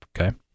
Okay